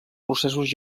processos